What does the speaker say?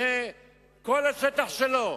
וכל השטח שלו.